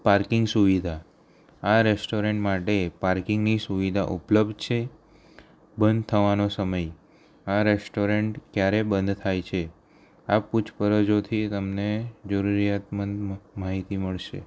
parking સુવિધા આ restaurant માટે પાર્કિંગની સુવિધા ઉપલબ્ધ છે બંધ થવાનો સમય આ રેસ્ટોરન્ટ ક્યારે બંધ થાય છે આ પૂછપરછોથી તમને જરૂરિયાતમંદ માહિતી મળશે